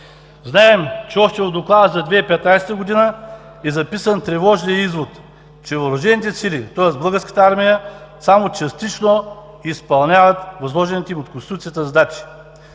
Знаем, че още от доклада за 2015 г. е записан тревожният извод, че Въоръжените сили, тоест Българската армия, само частично изпълняват възложените им от Конституцията задачи.